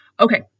Okay